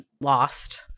lost